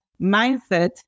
mindset